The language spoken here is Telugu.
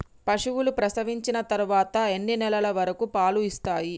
పశువులు ప్రసవించిన తర్వాత ఎన్ని నెలల వరకు పాలు ఇస్తాయి?